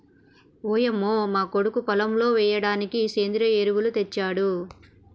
ఓయంమో మా కొడుకు పొలంలో ఎయ్యిడానికి సెంద్రియ ఎరువులు తెచ్చాడు